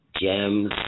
gems